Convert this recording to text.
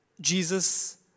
Jesus